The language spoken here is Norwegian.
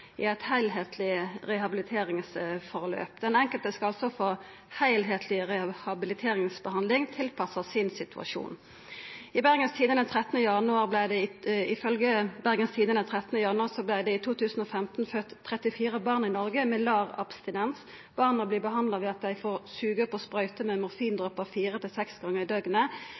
eit deltiltak i ei heilskapleg rehabilitering. Den enkelte skal altså få ei heilskapleg rehabiliteringsbehandling tilpassa sin situasjon. Ifølgje Bergens Tidende den 13. januar vart det i 2015 fødd 34 barn i Noreg med abstinensar, av mødrer i LAR-behandling. Barna vert behandla ved at dei får suga på sprøyter med morfindråper 4–6 gonger i døgnet.